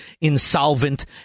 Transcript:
insolvent